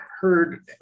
heard